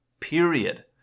period